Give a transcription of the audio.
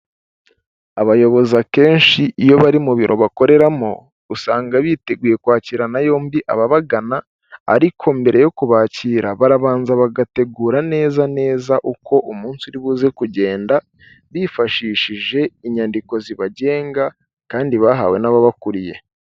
Abayobozi akenshi iyo bari mu biro bakoreramo usanga biteguye kwakirana yombi ababagana, ariko mbere yo kubakira barabanza bagategura neza neza uko umunsi uri buze kugenda bifashishije inyandiko zibagenga kandi bahawe n'ababakuriye.